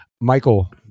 Michael